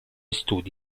studi